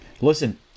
Listen